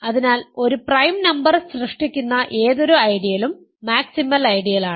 അതിനാൽ ഒരു prime number സൃഷ്ടിക്കുന്ന ഏതൊരു ഐഡിയലുo മാക്സിമൽ ഐഡിയലാണ്